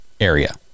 area